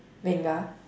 venga